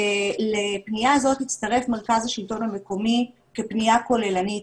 לפנייה הזאת הצטרף מרכז השלטון המקומי כפנייה כוללנית